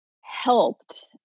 helped